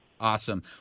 Awesome